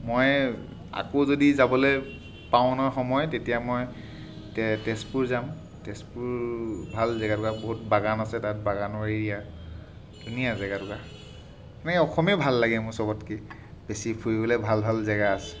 মই আকৌ যদি যাবলৈ পাওঁ ন সময় তেতিয়া মই তে তেজপুৰ যাম তেজপুৰ ভাল জেগাটুকুৰা বহুত বাগান আছে তাত বাগানৰ এৰিয়া ধুনীয়া জেগাটুকুৰা মানে অসমেই ভাল লাগে চবতকৈ বেছি ফুৰিবলৈ ভাল ভাল জেগা আছে